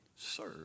serve